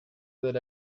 that